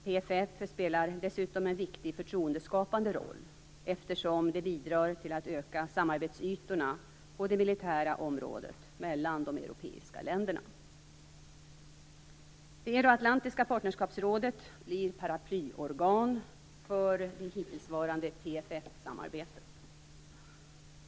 PFF spelar dessutom en viktig förtroendeskapande roll, eftersom det bidrar till att öka samarbetsytorna på det militära området mellan de europeiska länderna. Det euroatlantiska partnerskapsrådet blir paraplyorgan för det hittillsvarande PFF-samarbetet.